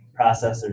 processors